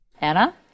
Anna